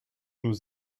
nous